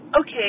okay